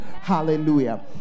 Hallelujah